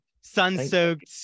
sun-soaked